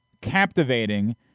captivating